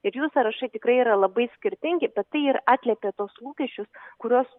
ir jų sąrašai tikrai yra labai skirtingi bet tai ir atliepia tuos lūkesčius kuriuos